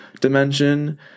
dimension